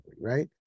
right